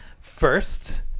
First